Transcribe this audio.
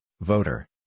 voter